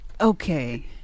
Okay